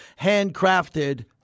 handcrafted